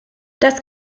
das